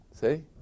See